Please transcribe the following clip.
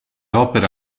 opere